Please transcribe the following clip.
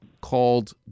called